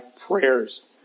prayers